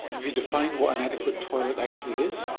have you defined what an adequate toilet actually is?